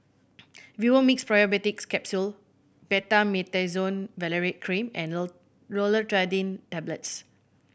Vivomixx Probiotics Capsule Betamethasone Valerate Cream and Loratadine Tablets